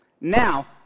Now